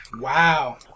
Wow